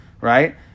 right